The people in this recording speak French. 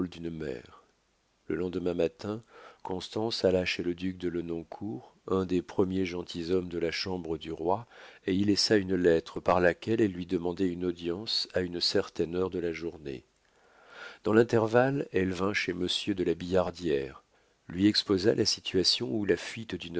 d'une mère le lendemain matin constance alla chez le duc de lenoncourt un des premiers gentilshommes de la chambre du roi et y laissa une lettre par laquelle elle lui demandait une audience à une certaine heure de la journée dans l'intervalle elle vint chez monsieur de la billardière lui exposa la situation où la fuite